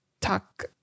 talk